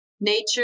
nature